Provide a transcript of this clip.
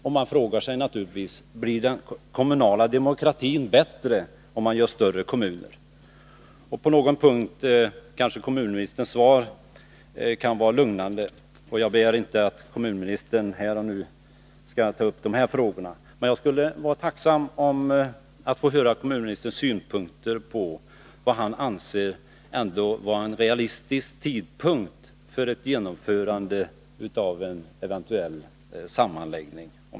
Och man frågar sig naturligtvis: Blir den kommunala demokratin bättre, om man gör större kommuner? På någon punkt kanske kommunministerns svar kan vara lugnande, och jag begär inte att kommunministern här och nu skall svara på alla dessa frågor, men jag skulle vara tacksam att få höra kommunministerns synpunkter på vad han anser vara en realistisk tidpunkt för ett genomförande av en eventuell sammanläggning.